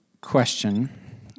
question